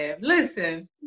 Listen